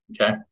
Okay